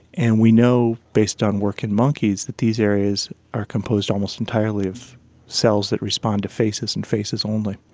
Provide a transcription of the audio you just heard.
and we know based on work in monkeys that these areas are composed almost entirely of cells that respond to faces and faces only.